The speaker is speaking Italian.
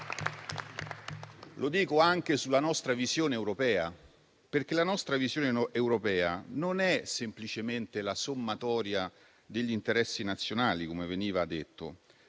lo dico anche sulla nostra visione europea, perché non è semplicemente la sommatoria degli interessi nazionali, come veniva detto.